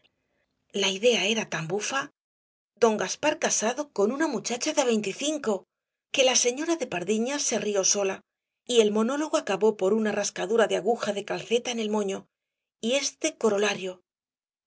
la idea era tan bufa don gaspar casado con una muchacha de veinticinco que la señora de pardiñas se rió sola y el monólogo acabó por una rascadura de aguja de calceta en el moño y este corolario